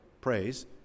praise